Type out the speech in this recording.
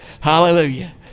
Hallelujah